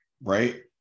Right